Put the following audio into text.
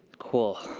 cool.